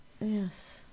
Yes